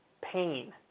pain